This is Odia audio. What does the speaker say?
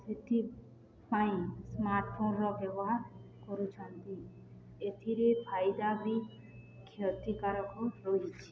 ସେଥିପାଇଁ ସ୍ମାର୍ଟଫୋନ୍ର ବ୍ୟବହାର କରୁଛନ୍ତି ଏଥିରେ ଫାଇଦା ବି କ୍ଷତିକାରକ ରହିଛି